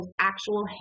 actual